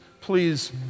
Please